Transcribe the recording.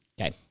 Okay